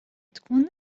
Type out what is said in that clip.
tkun